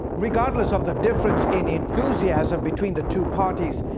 regardless of the difference in enthusiasm between the two parties,